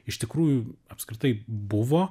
iš tikrųjų apskritai buvo